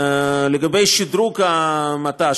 לגבי שדרוג המט"ש,